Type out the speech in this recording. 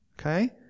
Okay